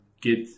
get